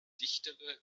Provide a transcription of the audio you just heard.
dichtere